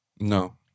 No